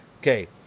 Okay